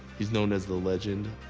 he's known as the legend.